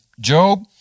Job